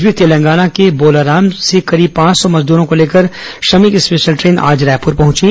इस बीच तेलंगाना के बोलाराम से करीब पांच सौ मजदूरो को लेकर श्रमिक स्पेशल ट्रेन आज रायपुर पहुंची